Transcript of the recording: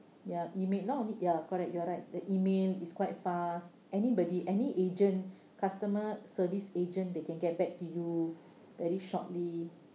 ya it may not only ya correct you're right the email it's quite fast anybody any agent customer service agent they can get back to you very shortly